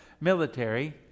military